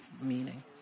meaning